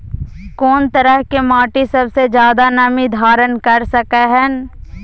कोन तरह के माटी सबसे ज्यादा नमी धारण कर सकलय हन?